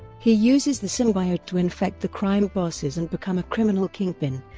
he uses the symbiote to infect the crime bosses and become a criminal kingpin,